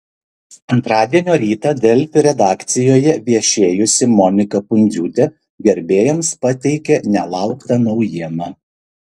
antradienio rytą delfi redakcijoje viešėjusi monika pundziūtė gerbėjams pateikė nelauktą naujieną